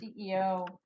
CEO